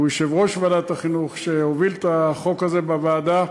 יושב-ראש ועדת החינוך שהוביל את החוק הזה בוועדה,